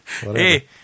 Hey